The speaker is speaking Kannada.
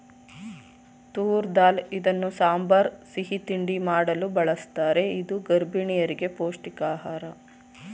ತೂರ್ ದಾಲ್ ಇದನ್ನು ಸಾಂಬಾರ್, ಸಿಹಿ ತಿಂಡಿ ಮಾಡಲು ಬಳ್ಸತ್ತರೆ ಇದು ಗರ್ಭಿಣಿಯರಿಗೆ ಪೌಷ್ಟಿಕ ಆಹಾರ